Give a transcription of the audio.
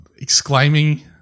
exclaiming